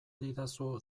didazu